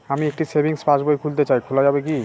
আমি একটি সেভিংস পাসবই খুলতে চাই খোলা যাবে কি?